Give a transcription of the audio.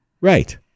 Right